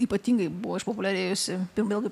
ypatingai buvo išpopuliarėjusi vėlgi